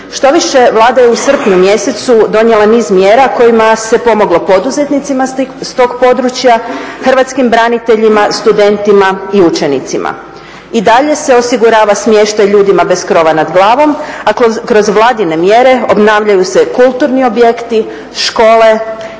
Štoviše, Vlada je u srpnju mjesecu donijela niz mjera kojima se pomoglo poduzetnicima s tog područja, hrvatskim braniteljima, studentima i učenicima. I dalje se osigurava smještaj ljudima bez krova nad glavom, a kroz vladine mjere obnavljaju se kulturni objekti, škole